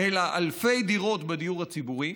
אלא אלפי דירות בדיור הציבורי.